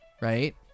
right